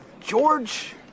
George